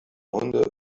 hunde